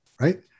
right